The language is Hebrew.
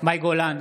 מאי גולן,